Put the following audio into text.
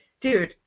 dude